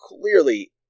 Clearly